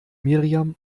miriam